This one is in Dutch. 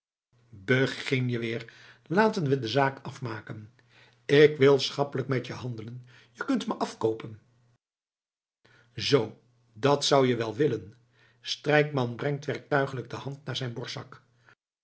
begin je weer laten we de zaak afmaken ik wil schappelijk met je handelen je kunt me afkoopen zoo dat zou je wel willen strijkman brengt werktuiglijk de hand naar zijn borstzak